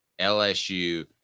lsu